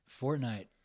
Fortnite